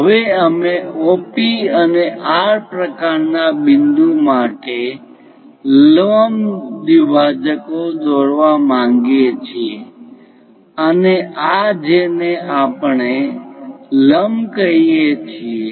હવે અમે OP અને R પ્રકારનાં બિંદુ માટે લંબ દ્વિભાજક દોરવા માંગીએ છીએ અને આ જેને આપણે લંબ કહીએ છીએ